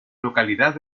localidad